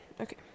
Okay